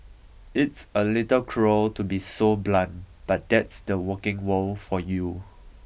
it's a little cruel to be so blunt but that's the working world for you